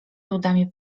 ludami